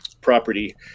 property